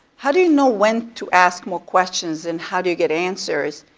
how do you know when to ask more questions and how do you get answers?